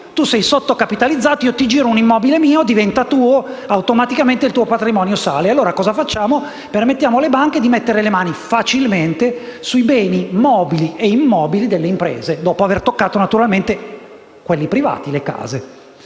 tu sei sottocapitalizzato, io ti giro un immobile mio, diventa tuo e automaticamente il tuo patrimonio sale. Permettiamo alle banche di mettere le mani facilmente sui beni mobili e immobili delle imprese, dopo aver toccato naturalmente quelli dei privati (cioè